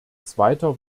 zweiter